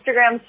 Instagram